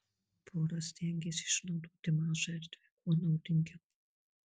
pora stengėsi išnaudoti mažą erdvę kuo naudingiau